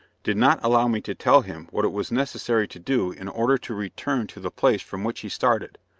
did not allow me to tell him what it was necessary to do in order to return to the place from which he started.